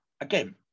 Again